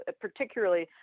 particularly